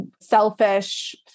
selfish